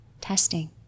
Testing